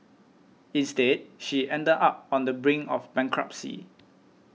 instead she ended up on the brink of bankruptcy